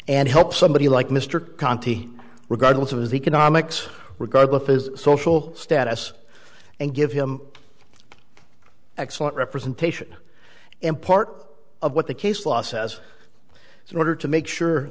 and help somebody like mr conti regardless of his economics regardless of his social status and give him excellent representation and part of what the case law says is an order to make sure